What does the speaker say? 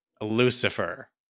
LUCIFER